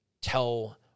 tell